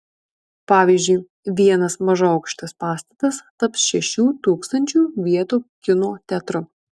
pavyzdžiui vienas mažaaukštis pastatas taps šešių tūkstančių vietų kino teatru